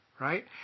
right